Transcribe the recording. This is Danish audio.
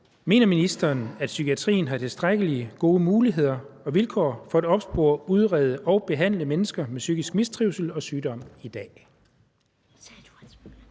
Mener ministeren, at psykiatrien har tilstrækkelig gode muligheder og vilkår for at opspore, udrede og behandle mennesker med psykisk mistrivsel og sygdom i dag?